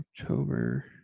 october